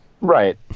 Right